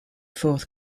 forth